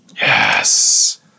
Yes